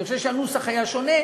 אני חושב שהנוסח היה שונה.